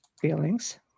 feelings